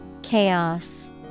Chaos